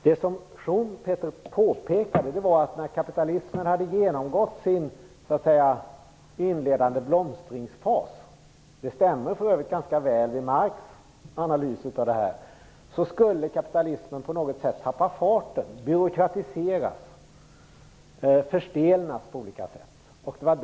Det som Schumpeter påpekade var att när kapitalismen hade genomgått sin inledande blomstringsfas, skulle den på något sätt tappa farten, byråkratiseras och förstelnas. Det stämmer för övrigt ganska väl med Marx analys.